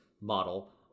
model